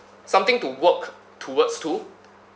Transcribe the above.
something to work towards to